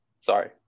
sorry